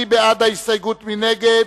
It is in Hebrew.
סעיף 2, כהצעת הוועדה,